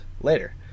later